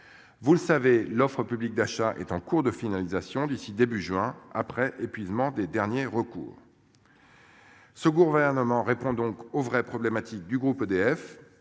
Vous le savez, l'offre publique d'achat est en cours de finalisation d'ici début juin après épuisement des derniers recours. Ce gouvernement répond donc aux vraies problématiques du groupe EDF